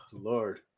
Lord